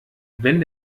wenn